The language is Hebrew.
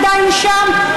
עדיין שם?